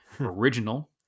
Original